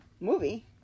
Movie